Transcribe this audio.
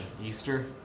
Easter